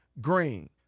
Green